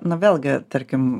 na vėlgi tarkim